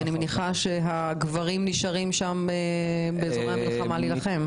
אני מניחה שהגברים נשארים באזורי המלחמה להילחם.